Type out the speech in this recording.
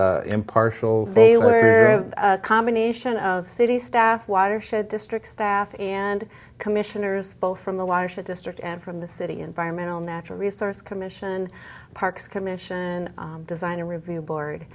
o's impartial they were a combination of city staff watershed district staff and commissioners both from the watershed district and from the city environmental natural resource commission parks commission and design a review board